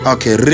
Okay